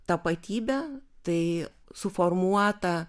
tapatybė tai suformuota